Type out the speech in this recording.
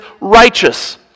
righteous